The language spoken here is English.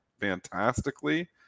fantastically